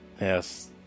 Yes